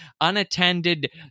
unattended